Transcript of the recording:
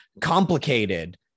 complicated